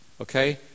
Okay